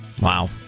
Wow